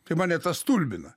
tai mane tas stulbina